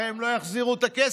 הרי הם לא יחזירו את הכסף.